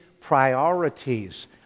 priorities